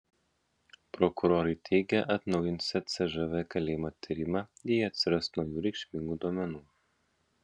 prokurorai teigia atnaujinsią cžv kalėjimo tyrimą jei atsiras naujų reikšmingų duomenų